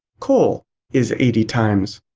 coal is eighty times.